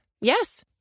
Yes